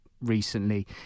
recently